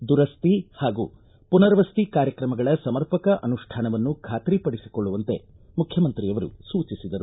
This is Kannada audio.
ದುರಸ್ತಿ ಹಾಗೂ ಪುನರ್ವಸತಿ ಕಾರ್ಯಕ್ರಮಗಳ ಸಮರ್ಪಕ ಅನುಷ್ಠಾನವನ್ನು ಬಾತ್ರಿ ಪಡಿಸಿಕೊಳ್ಳುವಂತೆ ಮುಖ್ಯಮಂತ್ರಿಯವರು ಸೂಚಿಸಿದರು